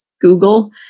Google